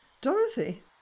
Dorothy